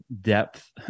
depth